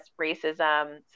racism